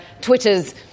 Twitter's